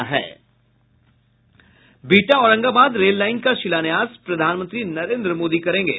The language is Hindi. बिहटा औरंगाबाद रेललाइन का शिलान्यास प्रधानमंत्री नरेंद्र मोदी करेंगे